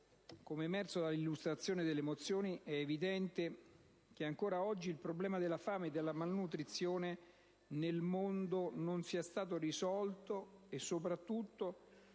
nel corso dell'illustrazione, è evidente che ancora oggi il problema della fame e della malnutrizione nel mondo non sia stato risolto e, soprattutto,